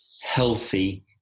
healthy